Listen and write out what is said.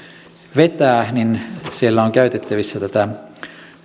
vetää niin siellä on käytettävissä tätä